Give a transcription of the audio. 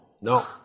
No